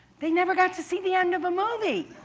they never got to see the end of a movie.